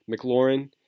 McLaurin